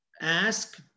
ask